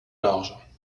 large